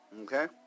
Okay